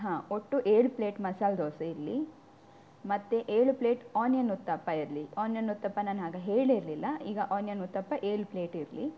ಹಾಂ ಒಟ್ಟು ಏಳು ಪ್ಲೇಟ್ ಮಸಾಲೆ ದೋಸೆ ಇರಲಿ ಮತ್ತು ಏಳು ಪ್ಲೇಟ್ ಆನಿಯನ್ ಉತ್ತಪ್ಪ ಇರಲಿ ಆನಿಯನ್ ಉತ್ತಪ್ಪ ನಾನು ಆಗ ಹೇಳಿರಲಿಲ್ಲ ಈಗ ಆನಿಯನ್ ಉತ್ತಪ್ಪ ಏಳು ಪ್ಲೇಟ್ ಇರಲಿ